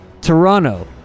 Toronto